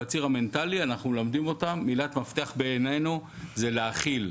בציר המנטלי אנחנו מלמדים אותם מילה שהיא בעינינו מילת מפתח והיא להכיל.